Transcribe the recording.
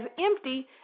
empty